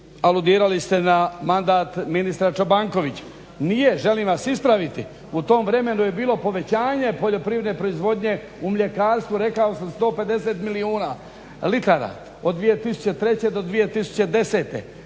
aludirali ste na mandat ministra Čobankovića. Nije, želim vas ispraviti, u tom vremenu je bilo povećanje poljoprivredne proizvodnje u mljekarstvu, rekao sam 150 milijuna litara od 2003. do 2010.,